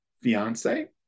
fiance